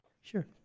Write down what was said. Sure